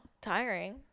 tiring